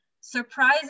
Surprise